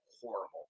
horrible